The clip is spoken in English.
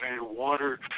water